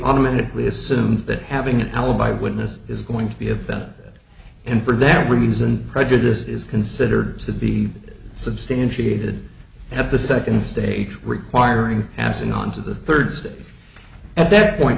automatically assumed that having an alibi witness is going to be a bad and for that reason prejudice is considered to be substantiated have the second stage requiring asin on to the third stage at that point